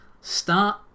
start